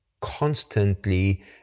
constantly